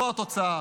זו התוצאה.